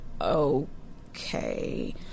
okay